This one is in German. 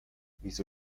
wieso